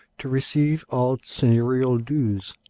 to receive all seigneurial dues,